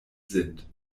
sind